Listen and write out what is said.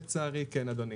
לצערי, כן אדוני.